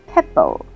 Pebble